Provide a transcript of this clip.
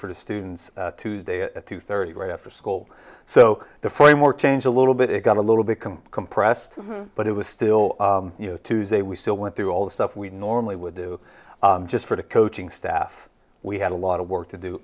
for the students tuesday at two thirty right after school so the frame or change a little bit got a little become compressed but it was still you know tuesday we still went through all the stuff we normally would do just for the coaching staff we had a lot of work to do